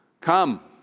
Come